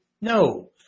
no